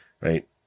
right